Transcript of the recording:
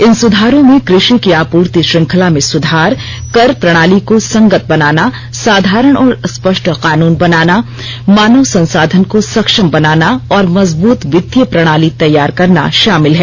इन सुधारों में कृषि की आपूर्ति श्रृंखंला में सुधार कर प्रणाली को संगत बनाना साधारण और स्पष्ट कानून बनाना मानव संसाधन को सक्षम बनाना और मजबूत वित्तीय प्रणाली तैयार करना शामिल है